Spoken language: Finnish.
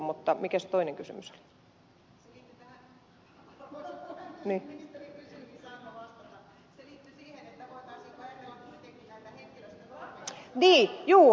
mutta mikä se toinen kysymys oli